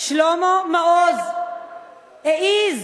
שלמה מעוז העז,